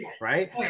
right